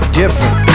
different